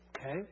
Okay